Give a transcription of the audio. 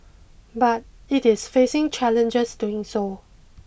but it is facing challenges doing so